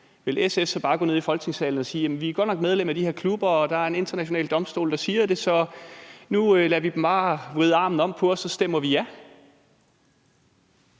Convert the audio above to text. Ville SF så bare gå ned i Folketingssalen og sige: Vi er godt nok medlem af de her klubber, og der er en international domstol, der siger det, så nu lader vi dem bare vride armen om på os, og så stemmer vi ja?